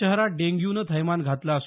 शहरात डेंग्यूनं थैमान घातलं आहे